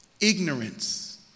Ignorance